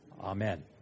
Amen